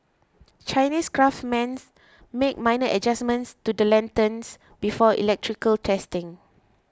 Chinese craftsmen make minor adjustments to the lanterns before electrical testing